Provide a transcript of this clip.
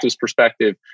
perspective